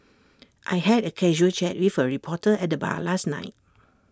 I had A casual chat with A reporter at the bar last night